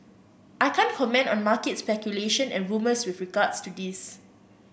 I can't comment on market speculation and rumours with regards to this